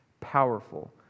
powerful